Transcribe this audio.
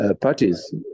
parties